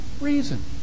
reason